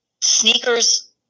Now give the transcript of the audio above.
sneakers